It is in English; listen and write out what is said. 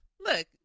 Look